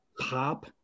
pop